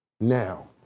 Now